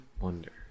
wonder